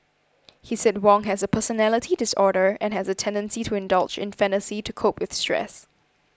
he said Wong has a personality disorder and has a tendency to indulge in fantasy to cope with stress